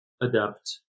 adapt